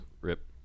Rip